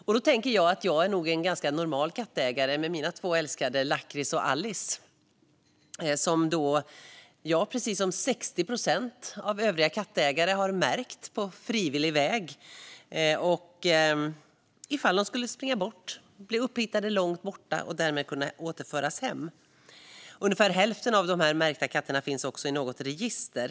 Jag tänker att jag nog då är en ganska normal kattägare med mina två älskade, Lakrits och Allis, som jag, precis som 60 procent av alla kattägare, har märkt på frivillig väg, så att de kan återföras hem ifall de skulle springa bort och bli upphittade långt borta. Ungefär hälften av dessa märkta katter finns också i något register.